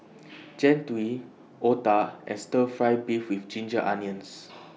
Jian Dui Otah and Stir Fry Beef with Ginger Onions